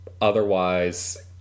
Otherwise